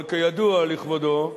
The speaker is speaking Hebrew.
אבל כידוע לכבודו,